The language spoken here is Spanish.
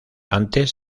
antes